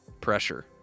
pressure